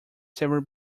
several